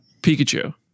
Pikachu